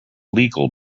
legal